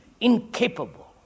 incapable